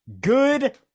good